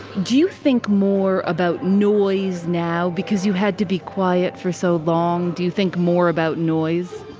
do you think more about noise now? because you had to be quiet for so long, do you think more about noise?